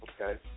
okay